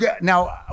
now